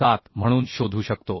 1407 म्हणून शोधू शकतो